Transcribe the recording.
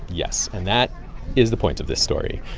yes. and that is the point of this story.